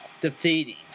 defeating